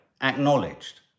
acknowledged